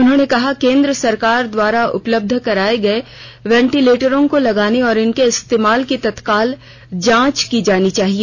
उन्होंने कहा केन्द्र सरकार द्वारा उपलब्ध कराए गए वेंटीलेटरों को लगाने और उनके इस्तेमाल की तत्काल जांच की जानी चाहिए